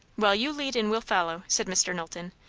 well, you lead and we'll follow, said mr. knowlton.